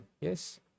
Yes